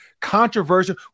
controversial